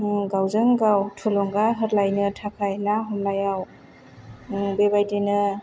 गावजों गाव थुलुंगा होलायनो थाखाय ना हमनायाव बेबायदिनो